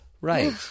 right